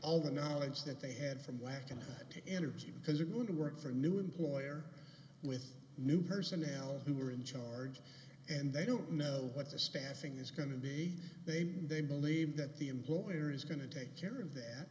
all the knowledge that they had from latin to energy because they're going to work for new employer with new personnel who are in charge and they don't know what the staffing is going to be they they believe that the employer is going to take care of that